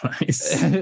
nice